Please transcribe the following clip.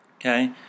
okay